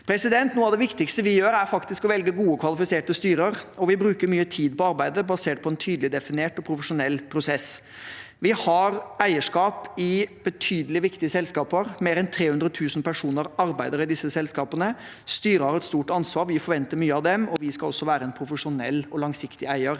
sammensetning. Noe av det viktigste vi gjør, er faktisk å velge gode, kvalifiserte styrer. Vi bruker mye tid på arbeidet, basert på en tydelig definert og profesjonell prosess. Vi har eierskap i betydelig viktige selskaper, og mer enn 300 000 personer arbeider i disse selskapene. Styrene har et stort ansvar, og vi forventer mye av dem. Vi skal også være en profesjonell og langsiktig eier